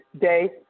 day